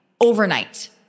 overnight